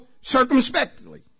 circumspectly